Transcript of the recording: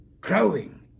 growing